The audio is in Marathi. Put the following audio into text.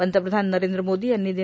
पंतप्रधान नरद्र मोदी यांनी ीद